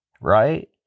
right